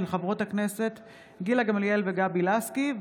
של חברות הכנסת גילה גמליאל וגבי לסקי,